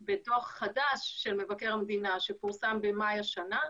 בדוח חדש של מבקר המדינה שפורסם במאי השנה,